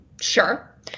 sure